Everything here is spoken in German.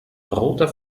roter